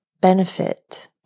benefit